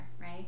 right